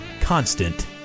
constant